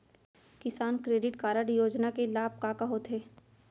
किसान credit card योजना के लाभ का का होथे?